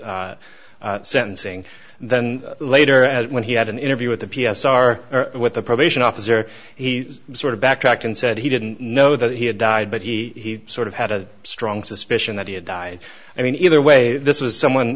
this sentencing and then later when he had an interview with the p s r what the probation officer he sort of backtracked and said he didn't know that he had died but he sort of had a strong suspicion that he had died i mean either way this was someone